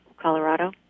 Colorado